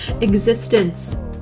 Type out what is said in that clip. existence